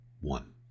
one